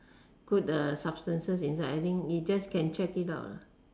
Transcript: good uh substances inside I think you just can check it out lah